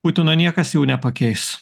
putino niekas jau nepakeis